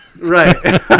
right